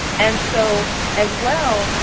and so as well,